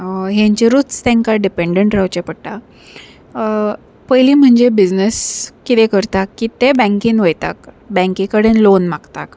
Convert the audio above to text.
हेंचेरूच तेंकां डिपेंडंट रावचें पडटा पयलीं म्हणजे बिजनस कितें करता की ते बँकेन वयता बँके कडेन लोन मागता